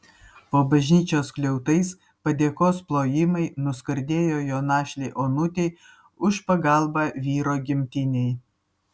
po bažnyčios skliautais padėkos plojimai nuskardėjo jo našlei onutei už pagalbą vyro gimtinei